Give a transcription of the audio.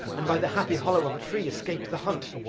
and by the happy hollow of a tree escap'd the hunt.